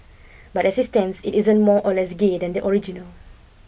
but it stands it isn't more or less gay than the original